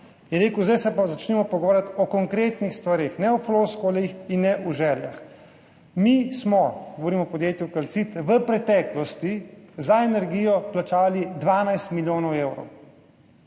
Sedaj se pa začnimo pogovarjati o konkretnih stvareh, ne o floskulah in ne o željah. Mi smo, govorim o podjetju Calcit, v preteklosti za energijo plačali 12 milijonov evrov.